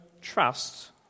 trust